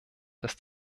dass